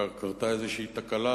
וקרתה איזו תקלה,